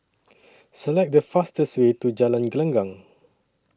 Select The fastest Way to Jalan Gelenggang